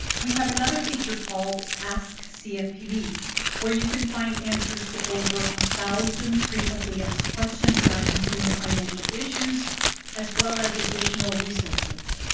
we have another feature called ask cfpb where you can find answers to over a thousand frequently asked questions about consumer financial issues as well as additional resources.